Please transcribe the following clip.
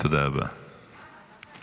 תודה רבה, תודה רבה.